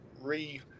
re